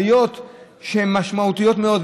עליות שהן משמעותיות מאוד.